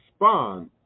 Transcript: respond